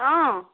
অঁ